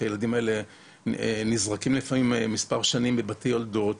כי הילדים האלה נזרקים לפעמים למשל מספר שנים בבתי יולדות.